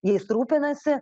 jais rūpinasi